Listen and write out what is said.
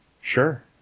Sure